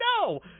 no